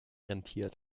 rentiert